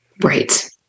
right